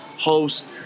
Host